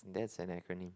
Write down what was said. that's an acronym